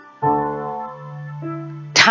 time